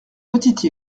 petite